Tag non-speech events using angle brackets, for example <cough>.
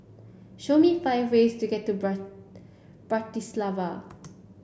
show me five ways to get to <unintelligible> Bratislava